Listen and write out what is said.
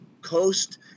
coast